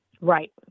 Right